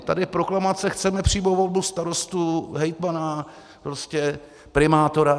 Tady je proklamace chceme přímou volbu starostů, hejtmana, primátora.